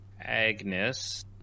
Agnes